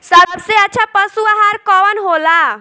सबसे अच्छा पशु आहार कवन हो ला?